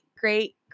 great